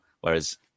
Whereas